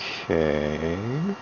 Okay